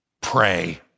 pray